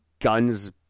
guns